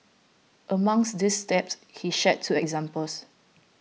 amongst these steps he shared two examples